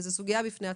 וזאת סוגיה בפני עצמה.